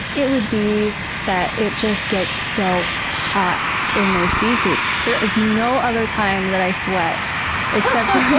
it would be that it just gets so hot in those bee suits. there is no other time that i sweat except for when